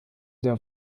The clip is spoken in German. der